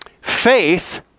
Faith